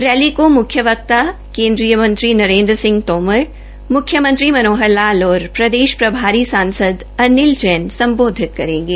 rally को मुख्य वक्ता केन्द्र मंत्री नरेन्द्र सिंह तोमर मुख्य मंत्री मनोहर लाल और प्रदेश प्रभारी सांसद अनिल जैन संबोधित करेंगे